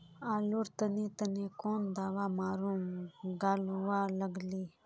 आलूर तने तने कौन दावा मारूम गालुवा लगली?